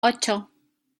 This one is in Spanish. ocho